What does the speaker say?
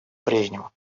прежнему